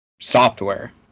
software